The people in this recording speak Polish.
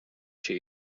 się